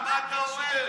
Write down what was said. איפה ואיפה?